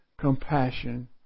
Compassion